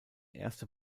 erste